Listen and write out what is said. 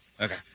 Okay